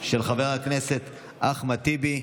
של חבר הכנסת אחמד טיבי.